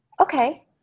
Okay